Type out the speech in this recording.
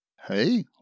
Hey